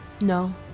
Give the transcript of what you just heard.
No